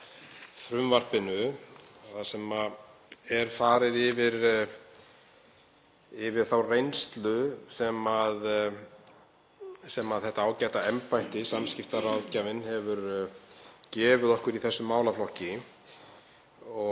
frumvarpinu þar sem farið er yfir þá reynslu sem þetta ágæta embætti, samskiptaráðgjafi, hefur gefið okkur í þessum málaflokki.